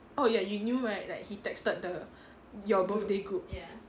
orh ya you knew right like he texted the your birthday group